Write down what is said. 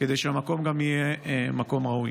כדי שהמקום יהיה גם מקום ראוי.